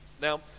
Now